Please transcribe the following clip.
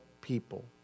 people